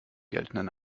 geltenden